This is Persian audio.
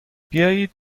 بیایید